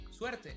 suerte